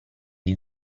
gli